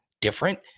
different